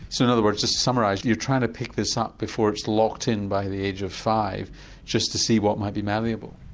so in other words just to summarise, you're trying to pick this up before it's locked in by the age of five just to see what might be malleable?